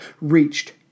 reached